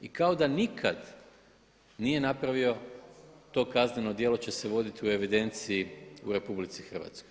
I kao da nikad nije napravio to kazneno djelo će se voditi u evidenciji u RH.